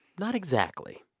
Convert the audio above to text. not exactly.